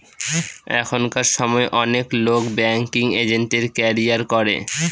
এখনকার সময় অনেক লোক ব্যাঙ্কিং এজেন্টের ক্যারিয়ার করে